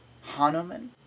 Hanuman